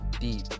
deep